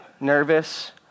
nervous